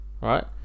right